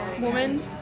woman